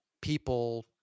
people